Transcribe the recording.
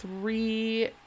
three